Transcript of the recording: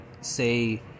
Say